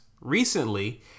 Recently